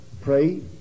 pray